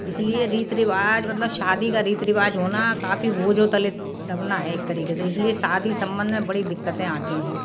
इस लिए रीति रिवाज मतलब शादी का रीति रिवाज होना काफ़ी बोझों तले दबना है एक तरीक़े से इस लिए शादी सम्बन्ध मे बड़ी दिक्कते आती हैं